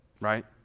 Right